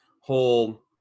whole